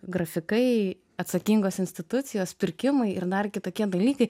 grafikai atsakingos institucijos pirkimai ir dar kitokie dalykai